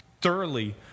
thoroughly